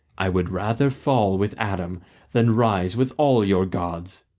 i would rather fall with adam than rise with all your gods.